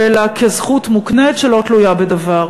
אלא כזכות מוקנית שלא תלויה בדבר.